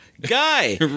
Guy